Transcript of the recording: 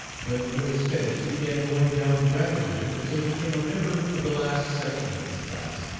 but when it was finished he began going down gradually until he became a member of the last section of his class,